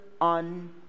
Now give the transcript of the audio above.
on